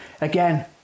Again